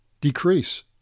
decrease